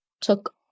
took